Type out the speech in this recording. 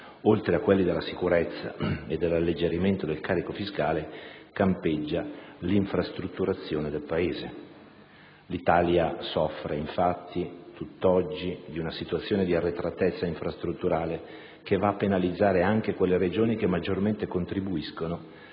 oltre a quelli della sicurezza e dell'alleggerimento del carico fiscale, campeggia l'infrastrutturazione del Paese. L'Italia soffre, infatti, tutt'oggi di una situazione di arretratezza infrastrutturale che penalizza anche quelle Regioni che maggiormente contribuiscono